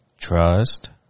Trust